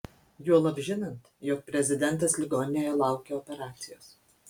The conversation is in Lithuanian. juolab žinant jog prezidentas ligoninėje laukia operacijos